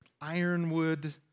ironwood